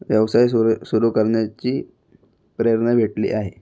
व्यवसाय सुरू सुरू करण्याची प्रेरणा भेटली आहे